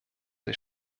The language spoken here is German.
ist